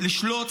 לשלוט,